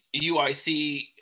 UIC